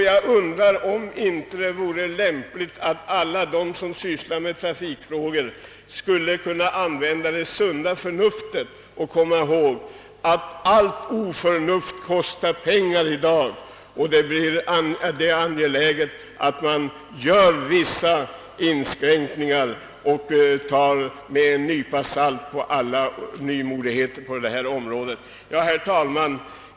Jag undrar om det inte vore lämpligt att alla de som sysslar med trafikfrågor använde sitt sunda förnuft och tänkte på att allt oförnuft kostar pengar och att det är angeläget att göra vissa inskränkningar och ta alla nymodigheter på detta område med en nypa salt. Herr talman!